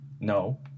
no